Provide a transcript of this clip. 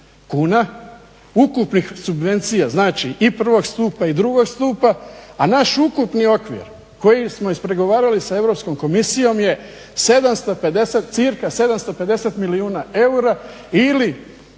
kuna ukupnih subvencija, znači i prvog stupa i drugog stupa, a naš ukupni okvir koji smo ispregovarali s Europskom komisijom je cca 750 milijuna eura ili